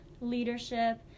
leadership